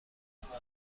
اعتماد